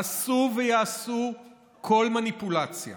עשו ויעשו כל מניפולציה,